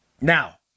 Now